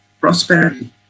prosperity